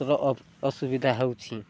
ର ଅସୁବିଧା ହେଉଛି